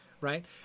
Right